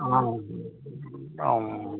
ആ